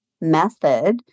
method